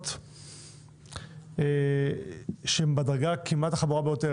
הקנסות שהם בדרגה כמעט החמורה ביותר,